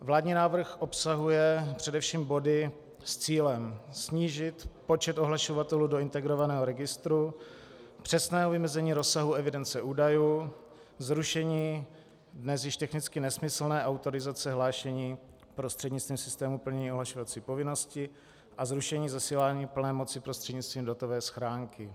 Vládní návrh obsahuje především body s cílem snížit počet ohlašovatelů do integrovaného registru, přesné vymezení rozsahu evidence údajů, zrušení dnes již technicky nesmyslné autorizace hlášení prostřednictvím systému plnění ohlašovací povinnosti a zrušení zasílání plné moci prostřednictvím datové schránky.